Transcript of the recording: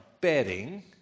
betting